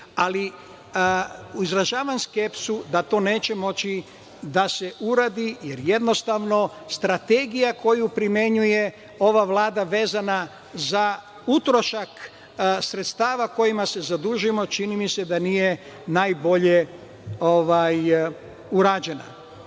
ali izražavam skepsu da to neće moći da se uradi, jer jednostavno strategiju koju primenjuje ova Vlada vezana za utrošak sredstava kojima se zadužujemo, čini mi se da nije najbolje urađena. Da